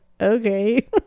okay